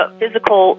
physical